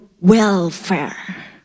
welfare